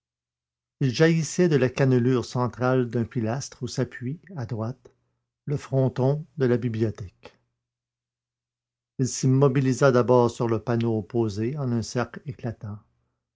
il jaillissait de la cannelure centrale d'un pilastre où s'appuie à droite le fronton de la bibliothèque il s'immobilisa d'abord sur le panneau opposé en un cercle éclatant